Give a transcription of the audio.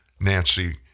Nancy